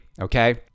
okay